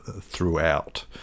throughout